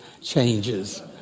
changes